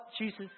Jesus